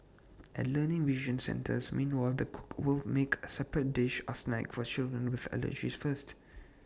at learning vision centres meanwhile the cook will make A separate dish or snack for children with allergies first